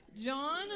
John